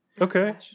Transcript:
okay